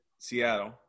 Seattle